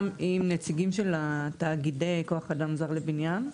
עם נציגים של תאגידי כוח אדם זר לבניין.